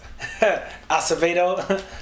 Acevedo